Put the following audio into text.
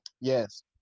yes